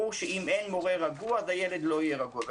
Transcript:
ברור שאם אין מורה רגוע אז הילד לא יהיה רגוע.